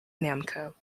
namco